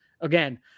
again